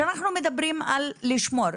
שאנחנו מדברים על לשמור.